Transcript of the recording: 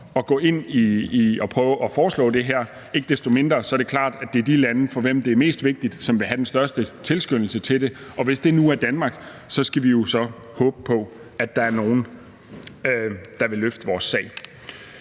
at prøve at foreslå det her. Ikke desto mindre er det klart, er det er de lande, for hvem det er mest vigtigt, der vil have den største tilskyndelse til det. Og hvis det nu er Danmark, skal vi jo så håbe på, at der er nogle, der vil løfte vores sag.